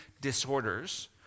disorders